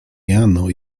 jano